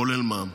כולל מע"מ.